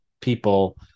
people